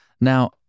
Now